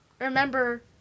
remember